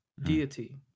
deity